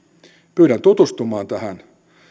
pyydän tutustumaan tähän